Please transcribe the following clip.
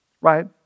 right